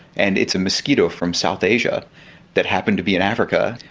and it's a mosquito from south asia that happened to be in africa,